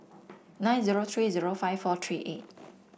nine zero three zero five four three eight